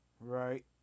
Right